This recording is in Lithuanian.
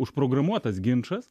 užprogramuotas ginčas